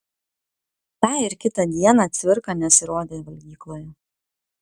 tą ir kitą dieną cvirka nesirodė valgykloje